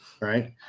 right